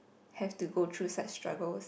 have to go through sex struggle with